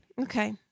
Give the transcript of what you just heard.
Okay